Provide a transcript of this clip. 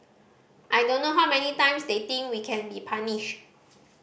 I don't know how many times they think we can be punished